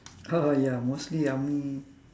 a'ah ya mostly ya mm